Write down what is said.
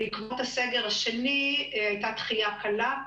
בעקבות הסגר השני הייתה דחיה קלה,